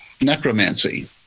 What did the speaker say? Necromancy